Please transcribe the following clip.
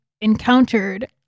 encountered